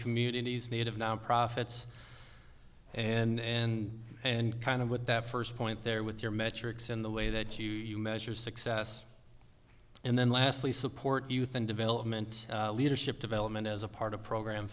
communities native non profits and in and kind of what that first point there with their metrics in the way that you measure success and then lastly support youth and development leadership development as a part of program